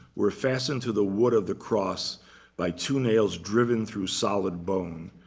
were fastened to the wood of the cross by two nails driven through solid bone,